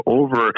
over